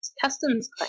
customs